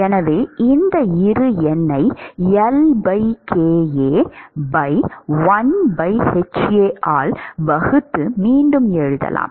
எனவே இந்த இரு எண்ணை L kA1 hA ஆல் வகுத்து மீண்டும் எழுதலாம்